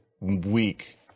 week